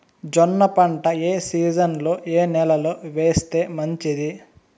జొన్న పంట ఏ సీజన్లో, ఏ నెల లో వేస్తే మంచిది?